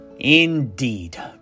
Indeed